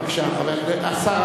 בבקשה, השר